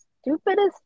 stupidest